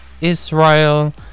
Israel